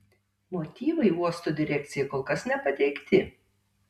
motyvai uosto direkcijai kol kas nepateikti